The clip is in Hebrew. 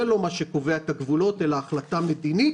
זה לא מה שקובע את הגבולות אלא החלטה מדינית